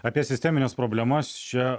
apie sistemines problemas čia